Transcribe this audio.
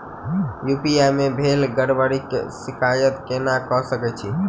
UPI मे भेल गड़बड़ीक शिकायत केना कऽ सकैत छी?